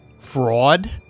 Fraud